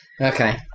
Okay